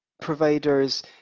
providers